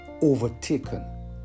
overtaken